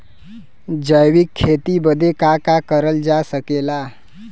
जैविक खेती बदे का का करल जा सकेला?